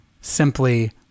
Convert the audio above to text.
simply